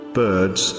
birds